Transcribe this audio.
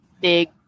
big